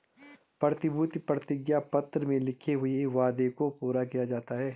प्रतिभूति प्रतिज्ञा पत्र में लिखे हुए वादे को पूरा किया जाता है